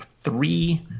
three